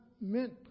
meant